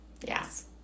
Yes